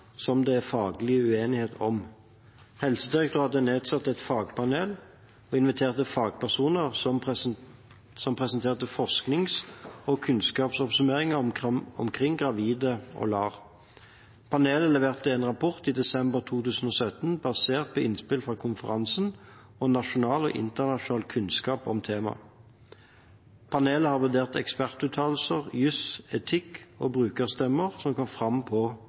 som det er faglig uenighet om. Helsedirektoratet nedsatte et fagpanel og inviterte fagpersoner som presenterte forsknings- og kunnskapsoppsummeringer omkring gravide og LAR. Panelet leverte en rapport i desember 2017, basert på innspill fra konferansen og nasjonal og internasjonal kunnskap om temaet. Panelet har vurdert ekspertuttalelser, juss, etikk og brukerstemmer som kom fram på